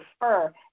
prefer